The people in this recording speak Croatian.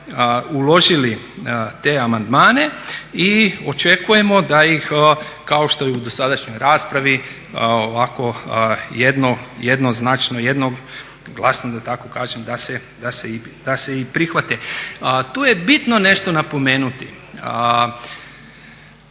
uložili te amandmane i očekujemo da ih kao što i u dosadašnjoj raspravi ovako jednoznačno, jednoglasno da tako kažem da se i prihvate. Tu je bitno nešto napomenuti.